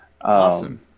Awesome